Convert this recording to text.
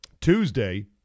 Tuesday